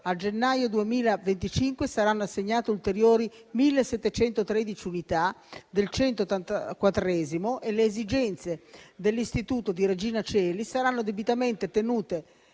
A gennaio 2025 saranno assegnate ulteriori 1.713 unità del 184° corso e le esigenze dell'istituto di Regina Coeli saranno debitamente tenute